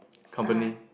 company